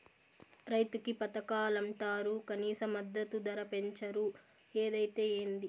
రైతులకి పథకాలంటరు కనీస మద్దతు ధర పెంచరు ఏదైతే ఏంది